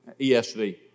ESV